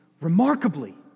Remarkably